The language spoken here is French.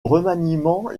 remaniement